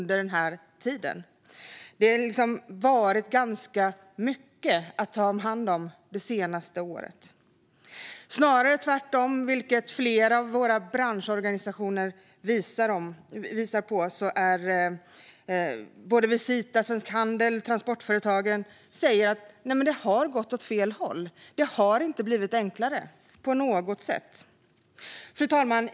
Det har varit mycket att ta hand om det senaste året. Flera av branschorganisationerna, till exempel Visita, Svensk Handel och Transportföretagen, säger att det har gått åt fel håll. Det har inte blivit enklare. Fru talman!